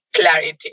clarity